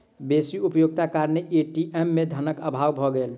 बेसी उपयोगक कारणेँ ए.टी.एम में धनक अभाव भ गेल